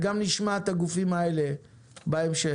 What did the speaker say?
וגם נשמע את הגופים האלה בהמשך.